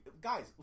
guys